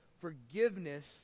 forgiveness